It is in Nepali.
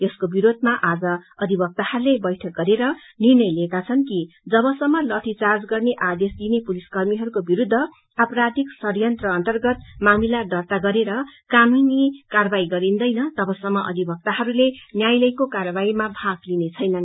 यसको विरोधमा आज अधिवक्ताहरूले बैठक गरेर निर्णय लिएका छन् कि जबसम्म लठी चार्ज गर्ने आदेश दिने पुलिसकर्मीहरूको विरूद्ध आपराधिक षड़यन्त्र अन्तर्गत मामिला दर्त्ता गरेर कानूनी कार्यवाही गरिंदैन तवसम्म अधिवक्ताहरूले न्यायालयको कार्यवाहीमा भाग लिने छैनन्